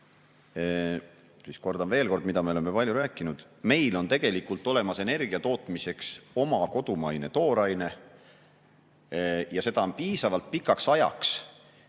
siis ma kordan veel seda, millest me oleme palju rääkinud: meil on tegelikult olemas energia tootmiseks oma kodumaine tooraine ja seda on piisavalt pikaks ajaks.